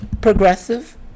progressive